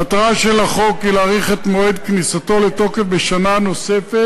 המטרה של תיקון החוק היא לדחות את מועד כניסתו לתוקף בשנה נוספת,